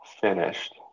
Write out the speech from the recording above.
finished